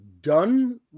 done